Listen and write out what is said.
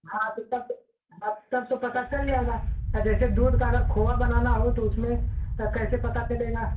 हाँ तो तब तो हाँ तब तो पता चल जाएगा जैसे दूध का अगर खोआ बनाना हो तो उसमें कैसे पता चलेगा